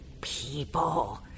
people